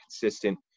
consistent